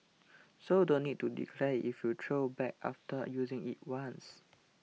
so don't need to declare if you throw bag after using it once